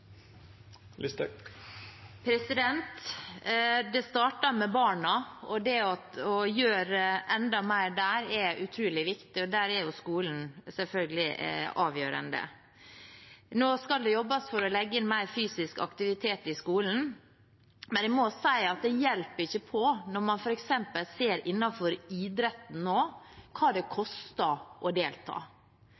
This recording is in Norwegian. til. Det starter med barna. Det å gjøre enda mer der er utrolig viktig, og der er selvfølgelig skolen avgjørende. Nå skal det jobbes for å legge inn mer fysisk aktivitet i skolen, men jeg må si at det hjelper ikke på når man, f.eks. innenfor idretten, ser hva det